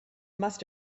must